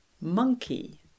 Monkey